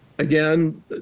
Again